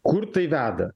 kur tai veda